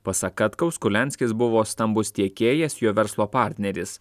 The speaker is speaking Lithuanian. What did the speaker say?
pasak katkaus kurlianskis buvo stambus tiekėjas jo verslo partneris